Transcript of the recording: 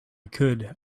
could